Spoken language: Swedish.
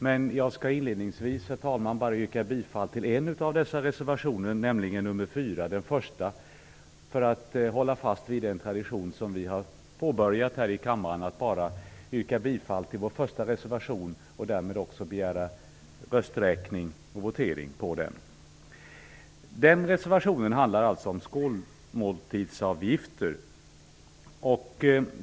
Men jag skall inledningsvis, herr talman, yrka bifall till bara en av dessa, nämligen reservation nr 4, som är vår första reservation, för att hålla fast vi den tradition som har inletts här i kammaren, dvs. att man yrkar bifall bara till partiets första reservation och därmed begär votering om den. Denna reservation handlar alltså om skolmåltidsavgifter.